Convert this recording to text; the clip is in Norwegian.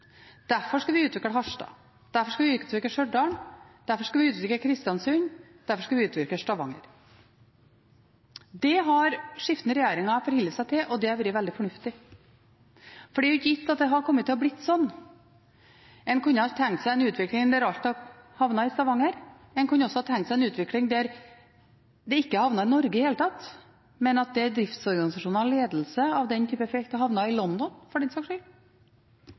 Derfor skulle vi utvikle Harstad, derfor skulle vi utvikle Stjørdal, derfor skulle vi utvikle Kristiansund, og derfor skulle vi utvikle Stavanger. Det har skiftende regjeringer forholdt seg til, og det har vært veldig fornuftig, for det er ikke gitt at det ville ha blitt slik. En kunne ha tenkt seg en utvikling der alt hadde havnet i Stavanger. En kunne også ha tenkt seg en utvikling der det ikke havnet i Norge i det hele tatt, men at driftsorganisasjoner og ledelse av den typen felt hadde havnet i London, for den saks skyld.